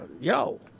yo